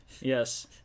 Yes